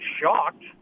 shocked